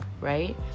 right